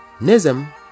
Nizam